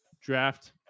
draft